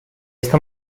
esta